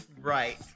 Right